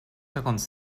cinquante